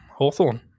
Hawthorne